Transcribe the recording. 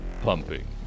pumping